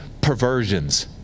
perversions